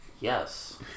Yes